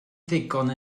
ddigon